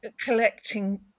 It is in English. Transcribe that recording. collecting